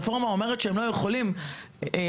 הרפורמה אומרת שהם לא יכולים --- לא,